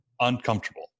uncomfortable